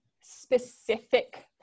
specific